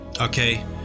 okay